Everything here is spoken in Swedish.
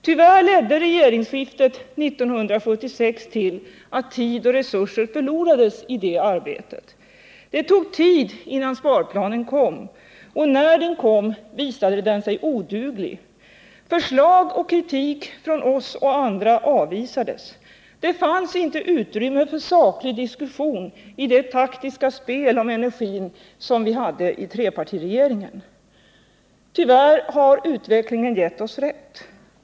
Tyvärr ledde regeringsskiftet 1976 till att tid och resurser förlorades i det arbetet. Det tog tid innan sparplanen kom, och när den kom visade den sig oduglig. Förslag och kritik från oss och andra avvisades. Det fanns inte utrymme för saklig diskussion i det taktiska spel om energin som förekom i trepartiregeringen. Tyvärr har utvecklingen gett oss rätt.